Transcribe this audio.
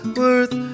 worth